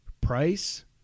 price